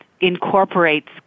incorporates